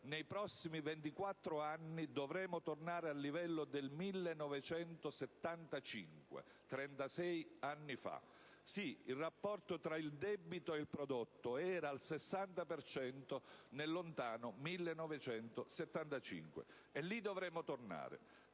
Nei prossimi 24 anni dovremo tornare al livello del 1975, trentasei anni fa. Sì, il rapporto tra il debito e il prodotto era al 60 per cento nel lontano 1975 e lì dovremo tornare.